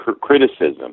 criticism